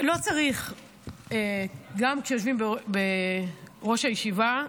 גם כשיושבים בראש הישיבה,